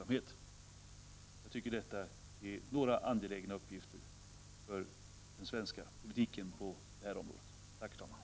Jag tycker att detta är några angelägna uppgifter för den svenska politiken på detta område.